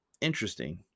Interesting